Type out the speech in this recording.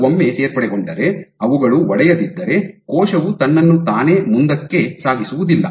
ಅದು ಒಮ್ಮೆ ಸೇರ್ಪಡೆಗೊಂಡರೆ ಅವುಗಳು ಒಡೆಯದಿದ್ದರೆ ಕೋಶವು ತನ್ನನ್ನು ತಾನೇ ಮುಂದಕ್ಕೆ ಸಾಗಿಸುವುದಿಲ್ಲ